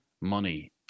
money